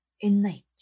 innate